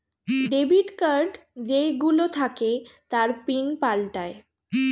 debit card যেই গুলো থাকে তার পিন পাল্টায়ে